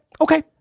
okay